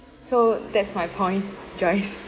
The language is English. so that's my point joyce